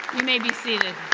you may be seated.